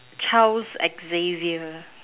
Charles X Xavier